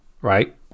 right